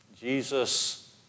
Jesus